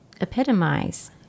epitomize